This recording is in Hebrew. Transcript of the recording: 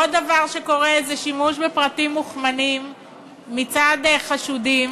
עוד דבר שקורה זה שימוש בפרטים מוכמנים מצד חשודים,